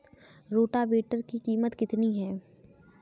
Rotavator की कीमत कितनी है?